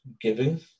giving